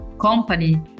company